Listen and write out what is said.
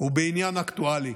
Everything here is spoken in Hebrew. ובעניין אקטואלי,